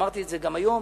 אמרתי את זה גם היום.